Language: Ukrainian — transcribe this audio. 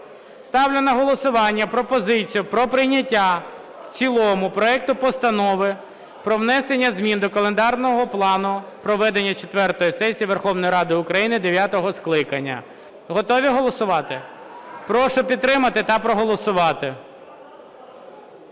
Ставлю на голосування пропозицію про прийняття в цілому проекту Постанови про внесення змін до календарного плану проведення четвертої сесії Верховної Ради України дев'ятого скликання. Готові голосувати? Прошу підтримати та проголосувати.